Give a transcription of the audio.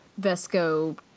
Vesco